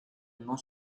non